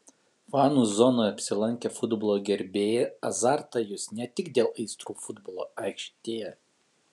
fanų zonoje apsilankę futbolo gerbėjai azartą jus ne tik dėl aistrų futbolo aikštėje